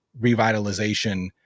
revitalization